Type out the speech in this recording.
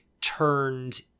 turned